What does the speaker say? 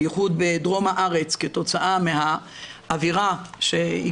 בייחוד בדרום הארץ כתוצאה מהאווירה שהיא